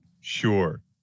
Sure